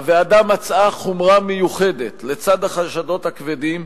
הוועדה מצאה חומרה מיוחדת, לצד החשדות הכבדים,